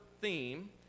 theme